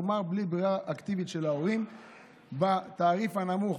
כלומר בלי ברירה אקטיבית של ההורים בתעריף הנמוך,